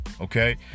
Okay